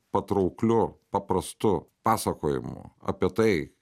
patraukliu paprastu pasakojimu apie tai